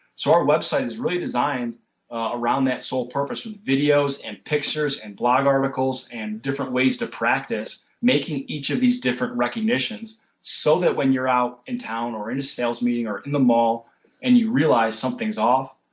so, our website is really designed around that sole purpose with videos and pictures and blog articles and different ways to practice making each of these different recognitions so that when you are out in town or in sales meeting or in the mall and you realize that something is off,